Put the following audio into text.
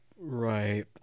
right